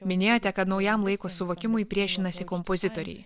minėjote kad naujam laiko suvokimui priešinasi kompozitoriai